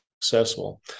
successful